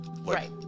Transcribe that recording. Right